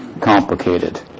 complicated